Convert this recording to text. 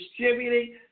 distributing